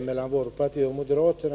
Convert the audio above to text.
mellan vårt parti och moderaterna.